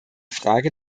frage